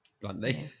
bluntly